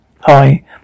Hi